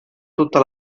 tutta